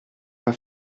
pas